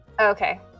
Okay